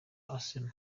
arsenal